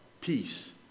peace